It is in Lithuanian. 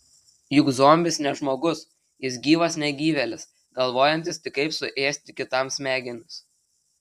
juk zombis ne žmogus jis gyvas negyvėlis galvojantis tik kaip suėsti kitam smegenis